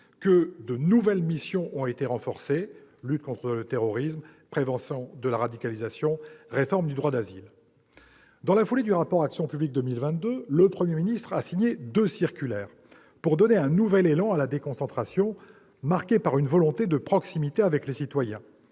d'autres missions : la lutte contre le terrorisme, la prévention de la radicalisation et la réforme du droit d'asile. Dans la foulée du rapport Action publique 2022, le Premier ministre a signé deux circulaires pour donner un nouvel élan à la déconcentration, qui soit marqué par une volonté de proximité avec les citoyens